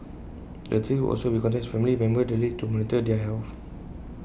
the authorities will also be contacting his family members daily to monitor their health